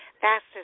fastest